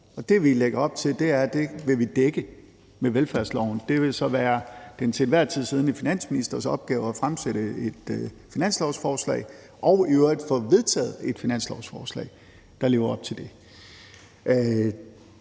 det, vi lægger op til, er, at det vil vi dække med velfærdsloven. Det vil så være den til enhver tid siddende finansministers opgave at fremsætte et finanslovsforslag og i øvrigt få vedtaget et finanslovsforslag, der lever op til det.